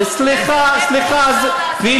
מי